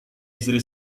istri